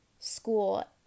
school